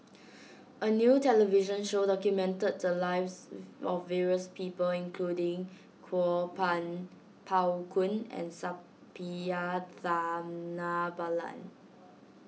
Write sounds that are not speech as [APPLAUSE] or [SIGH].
a new television show documented the lives [UNINTELLIGIBLE] of various people including Kuo Pan Pao Kun and Suppiah Dhanabalan